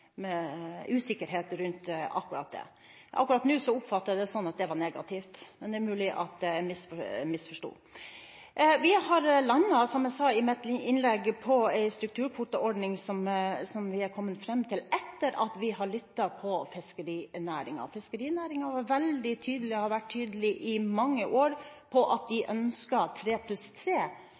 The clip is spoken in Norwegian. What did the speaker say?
er usikkerhet rundt akkurat det. Akkurat nå oppfattet jeg det slik at det var negativt, men det er mulig at jeg misforsto. Som jeg sa i mitt innlegg, har vi landet på en strukturkvoteordning som vi er kommet fram til etter å ha lyttet til fiskerinæringen. Fiskerinæringen var veldig tydelig, og har vært tydelig i mange år, på at de